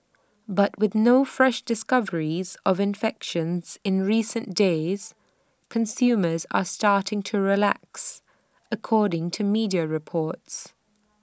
but with no fresh discoveries of infections in recent days consumers are starting to relax according to media reports